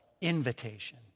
invitation